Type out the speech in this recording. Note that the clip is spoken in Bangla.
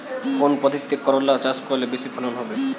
কোন পদ্ধতিতে করলা চাষ করলে বেশি ফলন হবে?